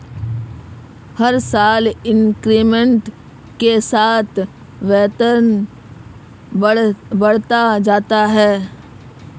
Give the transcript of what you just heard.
हर साल इंक्रीमेंट के साथ वेतन बढ़ता जाता है